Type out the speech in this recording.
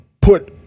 put